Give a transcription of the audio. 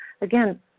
again